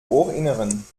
ohrinneren